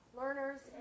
learners